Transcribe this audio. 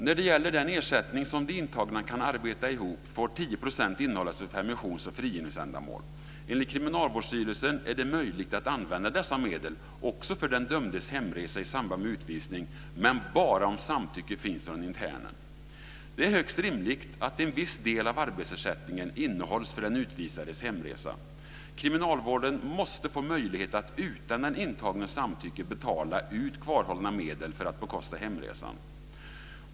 Vad gäller den ersättning som de intagna kan arbeta ihop får 10 % innehållas för permissions och frigivningsändamål. Enligt Kriminalvårdsstyrelsen är det möjligt att använda dessa medel också för den dömdes hemresa i samband med utvisning, men bara om samtycke finns från internen. Det är högst rimligt att en viss del av arbetsersättningen innehålls för den utvisades hemresa. Kriminalvården måste få möjlighet att utan den intagnes samtycke betala ut kvarhållna medel för att bekosta hemresan.